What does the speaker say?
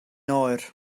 oer